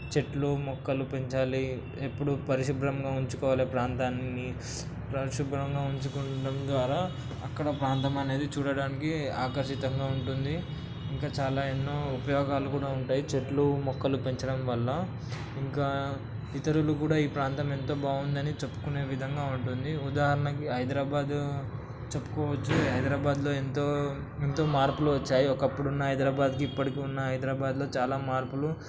చెట్లు మొక్కలు పెంచాలి ఎప్పుడూ పరిశుభ్రంగా ఉంచుకోవాలి ప్రాంతాన్ని పరిశుభ్రంగా ఉంచుకోవడం ద్వారా అక్కడ ప్రాంతం అనేది చూడడానికి ఆకర్షితంగా ఉంటుంది ఇంకా చాలా ఎన్నో ఉపయోగాలు కూడా ఉంటాయి చెట్లు మొక్కలు పెంచడం వల్ల ఇంకా ఇతరులు కూడా ఈ ప్రాంతం ఎంత బాగుందని చెప్పుకునే విధంగా ఉంటుంది ఉదాహారణకి హైదరాబాద్ చెప్పుకోవచ్చు హైదరాబాద్లో ఎంతో ఎంతో మార్పులు వచ్చాయి ఒకప్పుడు ఉన్న హైదరాబాద్కి ఇప్పటికి ఉన్న హైదరాబాద్లో చాలా మార్పులు